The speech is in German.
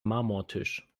marmortisch